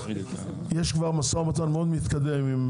יש משא ומתן מאוד מתקדם עם